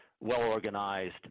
well-organized